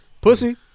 Pussy